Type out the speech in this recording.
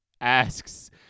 asks